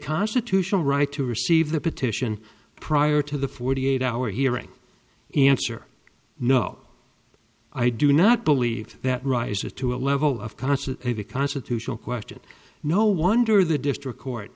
constitutional right to receive the petition prior to the forty eight hour hearing in answer no i do not believe that rises to a level of constant of a constitutional question no wonder the district court